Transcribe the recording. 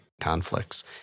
conflicts